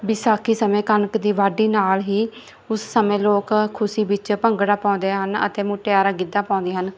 ਵਿਸਾਖੀ ਸਮੇਂ ਕਣਕ ਦੀ ਵਾਢੀ ਨਾਲ ਹੀ ਉਸ ਸਮੇਂ ਲੋਕ ਖੁਸ਼ੀ ਵਿੱਚ ਭੰਗੜਾ ਪਾਉਂਦੇ ਹਨ ਅਤੇ ਮੁਟਿਆਰਾਂ ਗਿੱਧਾ ਪਾਉਂਦੀਆਂ ਹਨ